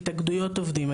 התאגדויות עובדים.